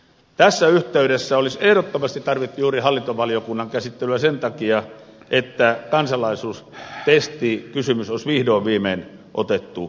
tässä yhteydessä olisi ehdottomasti tarvittu juuri hallintovaliokunnan käsittelyä sen takia että kansalaisuustestikysymys olisi vihdoin viimein otettu esille